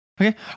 Okay